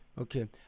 Okay